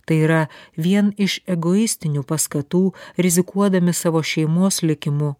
tai yra vien iš egoistinių paskatų rizikuodami savo šeimos likimu